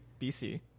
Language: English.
BC